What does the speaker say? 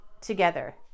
together